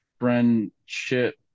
friendship